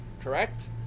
Correct